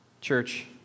Church